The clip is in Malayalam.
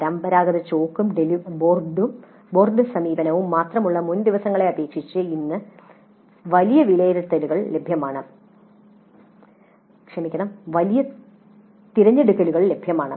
പരമ്പരാഗത ചോക്കും ബോർഡ് സമീപനവും മാത്രമുള്ള മുൻ ദിവസങ്ങളെ അപേക്ഷിച്ച് ഇന്ന് വലിയ തിരഞ്ഞെടുക്കലുകൾ ലഭ്യമാണ്